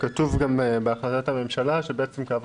כתוב גם בהחלטת הממשלה שבעצם כעבור